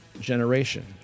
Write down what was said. generation